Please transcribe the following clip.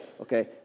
Okay